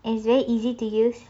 it's very easy to use